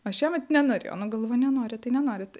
o šiemet nenorėjo nu galvoju nenorit tai nenorit